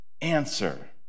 answer